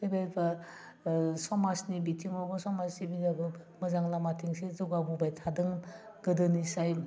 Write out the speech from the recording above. फैबाय बा समाजनि बिथिङावबो समाज सिबिबाबो मोजां लामा दिन्थि जौगाबोबाय थादों गोदोनिसाय